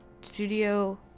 studio